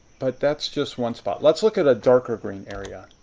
but that's just one spot. let's look at a darker green area